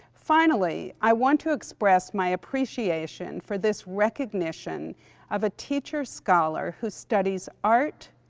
finally, i want to express my appreciation for this recognition of a teacher-scholar who studies art,